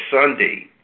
Sunday